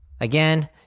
Again